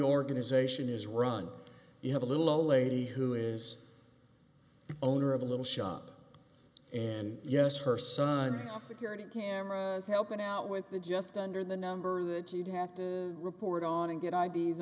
organization is run you have a little old lady who is owner of the little shop and yes her son of security cameras helping out with the just under the number that you have to report on and get i